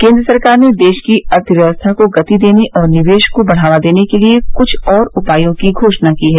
केन्द्र सरकार ने देश की अर्थव्यवस्था को गति देने और निवेश को बढ़ावा देने के लिए कुछ और उपायों की घोषणा की है